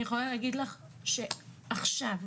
אני יכולה להגיד לך שרק עכשיו,